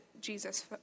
Jesus